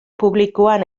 publikoan